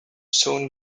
soon